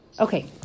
Okay